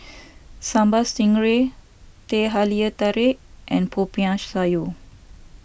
Sambal Stingray Teh Halia Tarik and Popiah Sayur